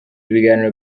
ibiganiro